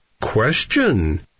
Question